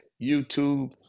YouTube